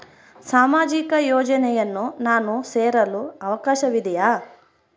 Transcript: ಸಾಮಾಜಿಕ ಯೋಜನೆಯನ್ನು ನಾನು ಸೇರಲು ಅವಕಾಶವಿದೆಯಾ?